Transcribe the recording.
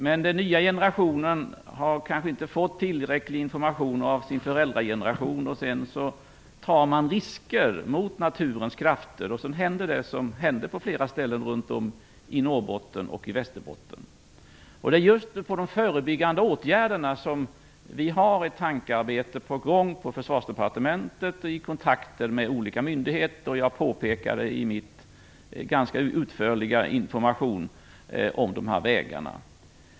Den nya generationen kanske inte har fått tillräcklig information av föräldragenerationen. Man tar risker mot naturens krafter, och så händer det som hände på flera ställen i Norrbotten och Västerbotten. Det är just när det gäller de förebyggande åtgärderna som vi har ett tankearbete på gång i Försvarsdepartementet och i kontakter med olika myndigheter. Jag påpekade det i min ganska utförliga information om de här vägarna.